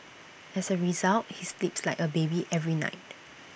as A result he sleeps like A baby every night